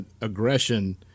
aggression